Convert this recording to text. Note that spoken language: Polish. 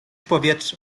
powietrze